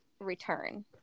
return